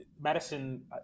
Madison